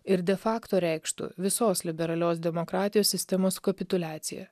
ir de fakto reikštų visos liberalios demokratijos sistemos kapituliaciją